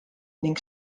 ning